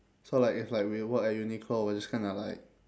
so like if like we work at uniqlo we're just gonna like